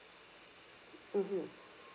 mmhmm